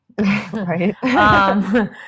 Right